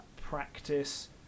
practice